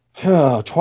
twice